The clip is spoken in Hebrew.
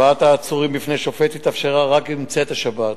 הבאת העצורים בפני שופט התאפשרה רק עם צאת השבת.